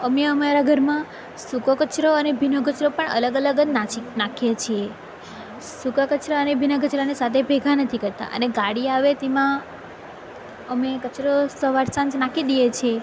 અમે અમારા ઘરમાં સૂકો કચરો અને ભીનો કચરો પણ અલગ અલગ જ નાચી નાખીએ છીએ સૂકા કચરા અને ભીના કચરાને સાથે ભેગા નથી કરતા અને ગાડી આવે છે તો તેમાં અમે કચરો સવાર સાંજ નાખી દઈએ છીએ